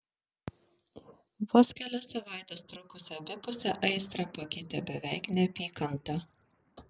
vos kelias savaites trukusią abipusę aistrą pakeitė beveik neapykanta